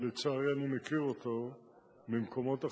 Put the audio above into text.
ולצערי אני מכיר אותו ממקומות אחרים,